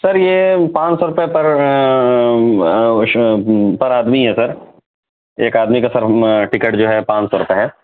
سر یہ پانچ سو روپئے پر پر آدمی ہے سر ایک آدمی کا سر ہم ٹکٹ جو ہے پانچ سو روپئے ہے